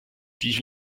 die